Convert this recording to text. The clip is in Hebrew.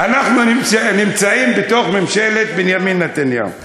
אנחנו נמצאים בתוך ממשלת בנימין נתניהו.